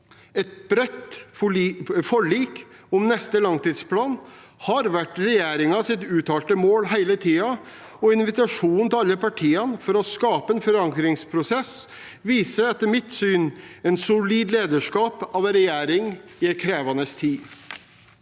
Et bredt forlik om neste langtidsplan har vært regjeringens uttalte mål hele tiden, og invitasjonen til alle partier for å skape en forankringsprosess viser etter mitt syn et solid lederskap av regjeringen i en krevende tid.